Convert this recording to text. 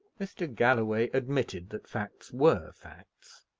mr. galloway admitted that facts were facts,